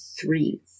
three